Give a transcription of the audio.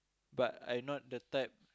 but I not the type